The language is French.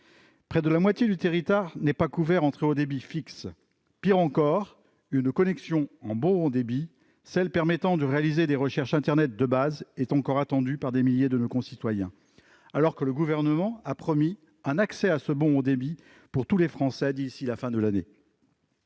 Près de la moitié du territoire n'est pas couvert en très haut débit fixe. Pis encore, une connexion en « bon » haut débit, permettant de réaliser des recherches internet de base, est encore attendue par des milliers de nos concitoyens, alors que le Gouvernement a promis un accès à ce « bon » haut débit pour tous les Français d'ici à la fin de l'année.